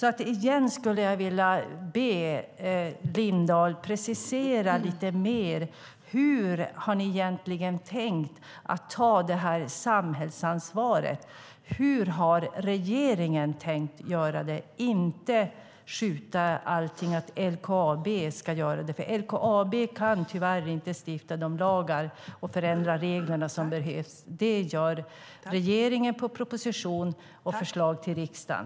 Igen skulle jag vilja be Helena Lindahl precisera lite mer hur ni egentligen har tänkt ta det här samhällsansvaret. Hur har regeringen tänkt göra det, inte skjuta allting på LKAB att göra det? LKAB kan tyvärr inte stifta de lagar och förändra de regler som behövs. Det gör regeringen med proposition och förslag till riksdagen.